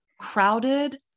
crowded